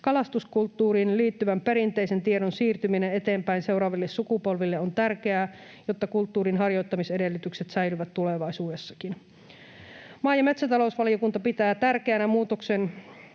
Kalastuskulttuuriin liittyvän perinteisen tiedon siirtyminen eteenpäin seuraaville sukupolville on tärkeää, jotta kulttuurin harjoittamisedellytykset säilyvät tulevaisuudessakin. Maa‑ ja metsätalousvaliokunta pitää tärkeänä muutoksen